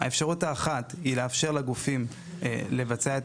האפשרות האחת היא לאפשר לגופים לבצע את